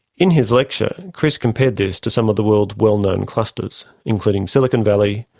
in his lecture chris compared this to some of the world's well-known clusters, including silicon valley,